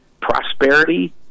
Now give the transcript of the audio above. prosperity